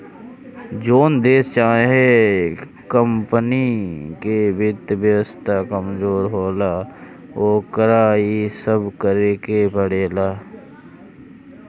जोन देश चाहे कमपनी के वित्त व्यवस्था कमजोर होला, ओकरा इ सब करेके पड़ेला